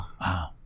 Wow